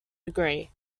degree